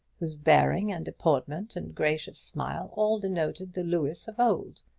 whose bearing and deportment and gracious smile all denoted the louis of old.